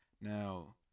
Now